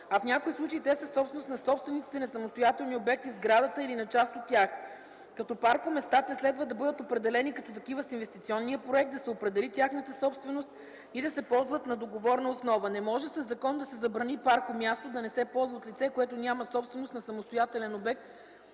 а в някои случаи те са собственост на собствениците на самостоятелни обекти в сградата или на част от тях. Като паркоместа те следва да бъдат определени като такива с инвестиционния проект, да се определи тяхната собственост и да се ползват на договорна основа. Не може със закон да се забрани паркомясто да не се ползва от лице, което няма собственост на самостоятелен обект